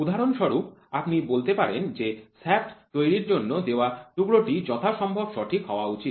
উদাহরণস্বরূপ আপনি বলতে পারেন যে শ্যাফ্ট তৈরির জন্য দেওয়া টুকরোটি যথাসম্ভব সঠিক হওয়া উচিত